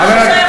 בבקשה,